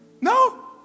No